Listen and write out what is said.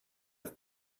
have